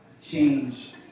change